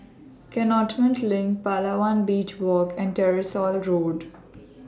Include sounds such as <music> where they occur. <unintelligible> LINK Palawan Beach Walk and Tyersall Road